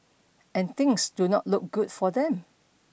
and things do not look good for them